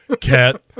cat